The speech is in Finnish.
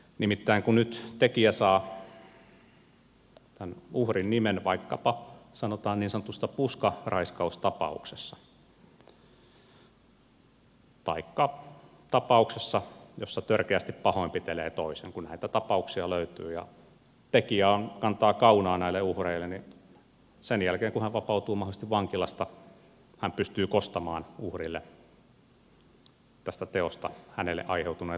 nimittäin kun nyt tekijä saa tämän uhrin nimen vaikkapa sanotaan niin sanotussa puskaraiskaustapauksessa taikka tapauksessa jossa törkeästi pahoinpitelee toisen niin kun näitä tapauksia löytyy ja tekijä kantaa kaunaa näille uhreille niin sen jälkeen kun hän mahdollisesti vapautuu vankilasta hän pystyy kostamaan uhrille tästä teosta hänelle aiheutuneen vankilatuomion